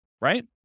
right